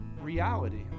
reality